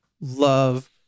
love